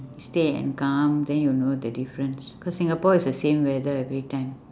you stay and come then you will know the difference cause singapore is the same weather every time